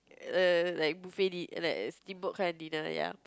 err like buffet di~ like steamboat kind of dinner ya